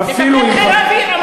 מפקד חיל האוויר אמר את זה.